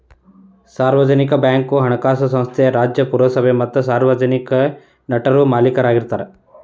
ಸಾರ್ವಜನಿಕ ಬ್ಯಾಂಕ್ ಹಣಕಾಸು ಸಂಸ್ಥೆ ರಾಜ್ಯ, ಪುರಸಭೆ ಮತ್ತ ಸಾರ್ವಜನಿಕ ನಟರು ಮಾಲೇಕರಾಗಿರ್ತಾರ